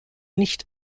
nicht